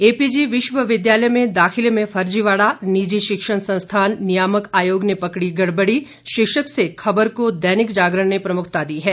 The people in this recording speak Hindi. एपीजी विश्वविद्यालय में दाखिले में फर्जीवाड़ा निजी शिक्षण संस्थान नियामक आयोग ने पकड़ी गड़बड़ी शीर्षक से खबर को दैनिक जागरण ने प्रमुखता दी है